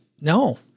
no